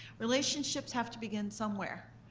relationships have to begin somewhere,